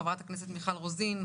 חברת הכנסת מיכל רוזין,